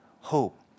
hope